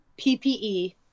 ppe